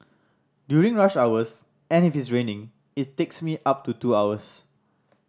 during rush hours and if it's raining it takes me up to two hours